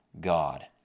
God